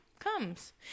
comes